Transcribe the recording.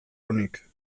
onik